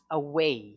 away